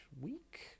week